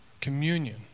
communion